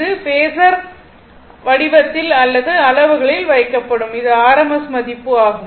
இது பேஸர் வடிவத்தில் அல்லது அளவுகளில் வைக்கப்படும் இது rms மதிப்பு ஆகும்